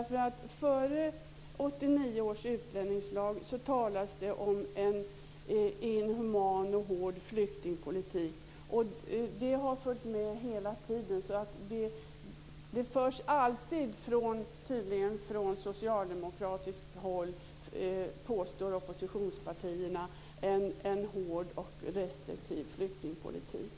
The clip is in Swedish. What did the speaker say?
Före 1989 års utlänningslag talades det om en hård och inhuman flyktingpolitik, och detta har följt med hela tiden. Oppositionspartierna påstår alltid att socialdemokraterna för en hård och restriktiv flyktingpolitik.